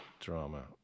drama